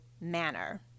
manner